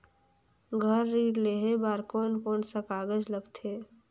घर ऋण लेहे बार कोन कोन सा कागज लगथे?